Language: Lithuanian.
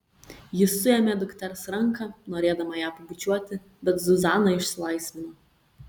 ji suėmė dukters ranką norėdama ją pabučiuoti bet zuzana išsilaisvino